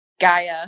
Gaia